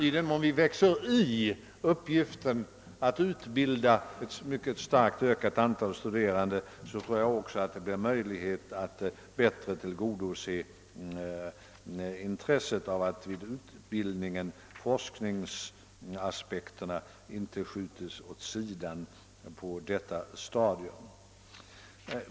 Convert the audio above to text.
I den mån vi växer in i uppgiften att utbilda ett mycket starkt ökat antal studerande tror jag också att det blir möjligt att bättre tillgodose intresset att vid utbildningen forskningsaspekten inte skjuts åt sidan på detta stadium.